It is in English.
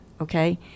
okay